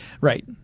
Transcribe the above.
Right